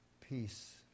peace